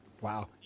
Wow